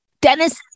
Dennis